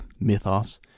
mythos